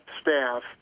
staff